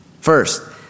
first